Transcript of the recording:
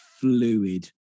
fluid